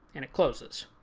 and it closes.